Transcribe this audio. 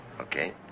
Okay